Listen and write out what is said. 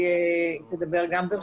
ברשותך, גם היא תדבר.